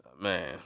man